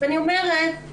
ואני אומרת,